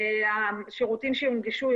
השירותים שיונגשו,